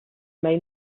may